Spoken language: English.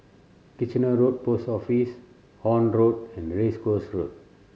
Kitchener Road Post Office Horne Road and Race Course Road